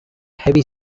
heavy